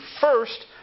First